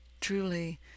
Truly